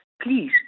please